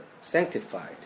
sanctified